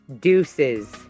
Deuces